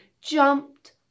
jumped